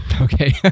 Okay